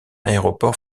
aéroport